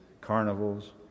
carnivals